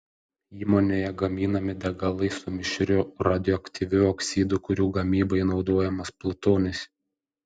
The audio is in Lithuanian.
įmonėje gaminami degalai su mišriu radioaktyviu oksidu kurių gamybai naudojamas plutonis